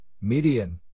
median